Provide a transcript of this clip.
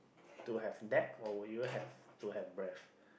to have depth or would you have to have breadth